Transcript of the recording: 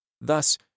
Thus